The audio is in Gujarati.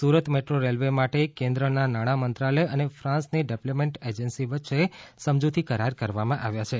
સુરત મેટ્રો રેલવે માટે કેન્દ્રના નાણાં મંત્રાલય અને ફાન્સની ડેવલપમેન્ટ એજન્સી વચ્ચે સમજૂતી કરાર કરવામાં આવ્યા છે